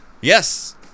Yes